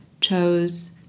chose